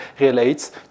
relates